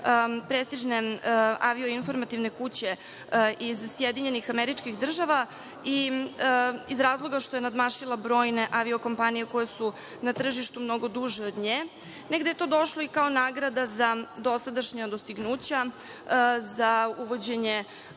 prestižne avio-informativne kuće iz Sjedinjenih Američkih Država, iz razloga što je nadmašila brojne avio-kompanije koje su na tržištu mnogo duže od nje. Negde je to došlo i kao nagrada za dosadašnja dostignuća, za uvođenje